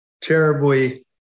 terribly